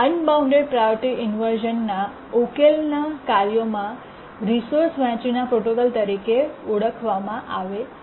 આ unbound priority ઇન્વર્શ઼નના ઉકેલોને કાર્યોમાં રિસોર્સ વહેંચણીના પ્રોટોકોલ તરીકે ઓળખવામાં આવે છે